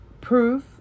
proof